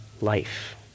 life